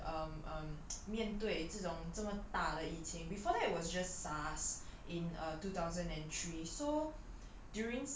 一次 um um 面对这种这么大的疫情 before that it was just SARS in two thousand and three so